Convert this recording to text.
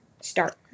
start